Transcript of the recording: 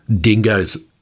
Dingoes